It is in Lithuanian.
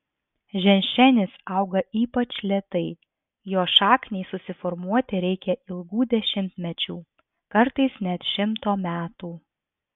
ženšenis auga ypač lėtai jo šakniai susiformuoti reikia ilgų dešimtmečių kartais net šimto metų